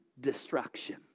destruction